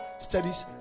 studies